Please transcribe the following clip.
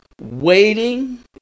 waiting